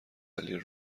ولی